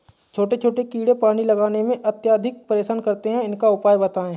छोटे छोटे कीड़े पानी लगाने में अत्याधिक परेशान करते हैं इनका उपाय बताएं?